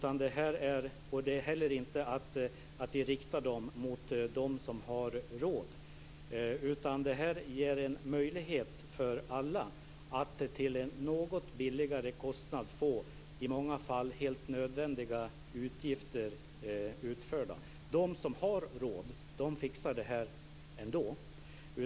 Vi riktar dem inte heller mot dem som har råd, utan detta ger en möjlighet för alla att till en något lägre kostnad få i många fall helt nödvändiga uppgifter utförda. De som har råd fixar detta ändå.